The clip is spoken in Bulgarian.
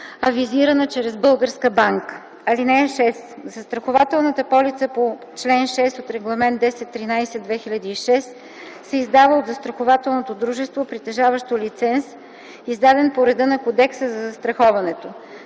авизирана чрез българска банка. (6) Застрахователната полица по чл. 6 от Регламент 1013/2006 се издава от застрахователното дружество, притежаващо лиценз, издаден по реда на Кодекса за застраховането.